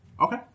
Okay